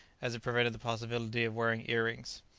as it prevented the possibility of wearing earrings!